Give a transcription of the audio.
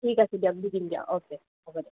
ঠিক আছে দিয়ক দি দিম দিয়ক অ'কে হ'ব দিয়ক